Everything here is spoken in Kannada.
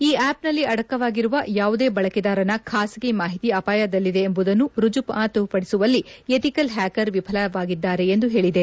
ಈ ಆಪ್ನಲ್ಲಿ ಅಡಕವಾಗಿರುವ ಯಾವುದೇ ಬಳಕೆದಾರನ ಖಾಸಗಿ ಮಾಹಿತಿ ಅಪಾಯದಲ್ಲಿದೆ ಎಂಬುದನ್ನು ರುಜುವಾತುಪಡಿಸುವಲ್ಲಿ ಎಥಿಕಲ್ ಹ್ಲಾಕರ್ ವಿಫಲವಾಗಿದ್ದಾರೆ ಎಂದು ಹೇಳಿದೆ